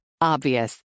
Obvious